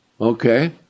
Okay